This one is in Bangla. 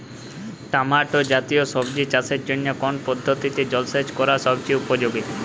টমেটো জাতীয় সবজি চাষের জন্য কোন পদ্ধতিতে জলসেচ করা সবচেয়ে উপযোগী?